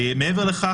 מעבר לכך,